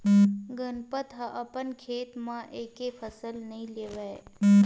गनपत ह अपन खेत म एके फसल नइ लेवय